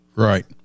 Right